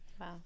wow